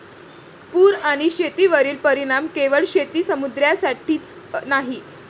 पूर आणि शेतीवरील परिणाम केवळ शेती समुदायासाठीच नाही